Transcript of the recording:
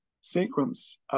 sequence